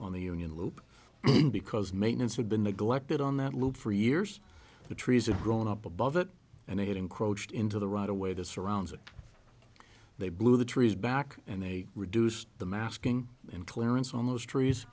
on the union loop because maintenance had been neglected on that loop for years the trees are growing up above it and they had encroached into the right away that surrounds it they blew the trees back and they reduced the masking and clearance on those trees